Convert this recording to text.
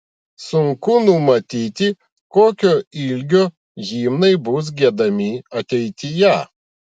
sunku numatyti kokio ilgio himnai bus giedami ateityje